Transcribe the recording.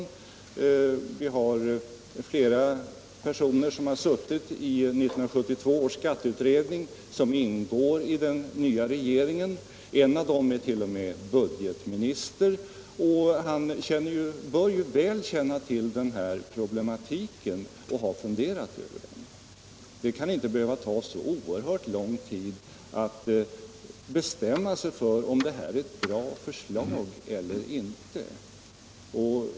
Och vi har flera personer som har suttit i 1972 års skatteutredning och som ingår i den nya regeringen. En av dem ärt.o.m. budgetminister, och han bör känna till den här problematiken väl och ha funderat på den. Det skall inte behöva ta så oerhört lång tid att bestämma sig för om det här är ett bra förslag eller inte.